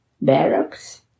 barracks